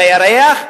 בירח,